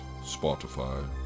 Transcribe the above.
Spotify